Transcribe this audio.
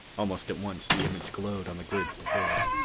almost at once, the image glowed on the grids before us.